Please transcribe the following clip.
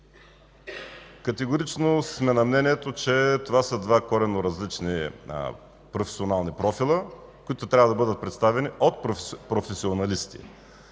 Категорично сме на мнението, че това са два коренно различни професионални профила, които трябва да бъдат представени от професионалисти.